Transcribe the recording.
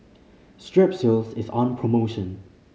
strepsils is on promotion